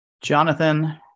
Jonathan